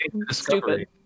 Stupid